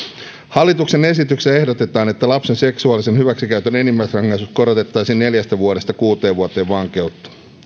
hallituksen esityksessä ehdotetaan että lapsen seksuaalisen hyväksikäytön enimmäisrangaistus korotettaisiin neljästä vuodesta kuuteen vuoteen vankeutta